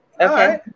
okay